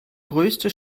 größte